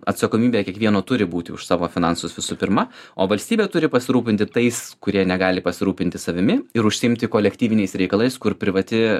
atsakomybė kiekvieno turi būti už savo finansus visų pirma o valstybė turi pasirūpinti tais kurie negali pasirūpinti savimi ir užsiimti kolektyviniais reikalais kur privati